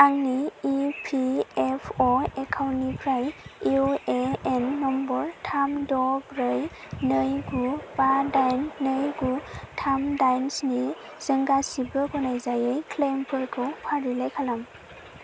आंनि इपिएफअ एकाउन्टनिफ्राय इउएएन नम्बर थाम द' ब्रै नै गु बा दाइन नै गु थाम दाइन स्निजों गासैबो गनायजायै क्लैमफोरखौ फारिलाइ खालाम